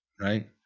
Right